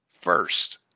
first